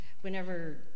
whenever